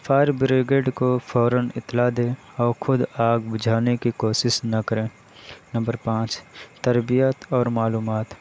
fire brigade کو فوراً اطلاع دیں اور خود آگ بجھانے کی کوشش نہ کریں نمبر پانچ تربیت اور معلومات